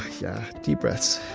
yeah, deep breaths,